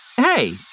hey